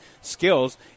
skills